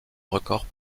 record